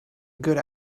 good